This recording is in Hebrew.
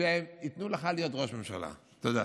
שהם ייתנו לך להיות ראש ממשלה, תודה.